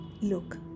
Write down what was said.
Look